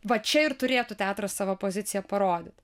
va čia ir turėtų teatras savo poziciją parodyt